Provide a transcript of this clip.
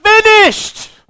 finished